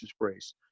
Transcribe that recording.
brace